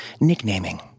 nicknaming